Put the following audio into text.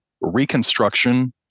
reconstruction